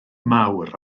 mawr